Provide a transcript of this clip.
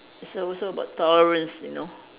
it's also about tolerance you know